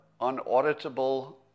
unauditable